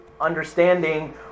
understanding